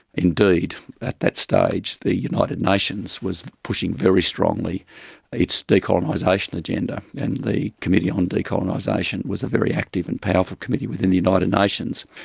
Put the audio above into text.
indeed at that stage the united nations was pushing very strongly its decolonisation agenda, and the committee on decolonisation was a very active and powerful committee within the and united and nations.